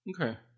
Okay